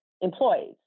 employees